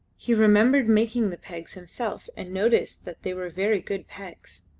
he remembered making the pegs himself and noticed that they were very good pegs.